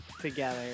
together